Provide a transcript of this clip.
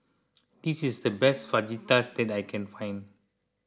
this is the best Fajitas that I can find